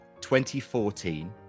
2014